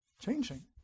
changing